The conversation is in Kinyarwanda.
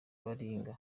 baringa